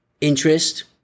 interest